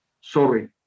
sorry